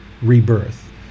rebirth